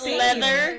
leather